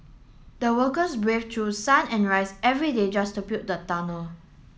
the workers braved through sun and raise every day just to build the tunnel